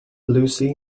lucy